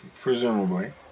Presumably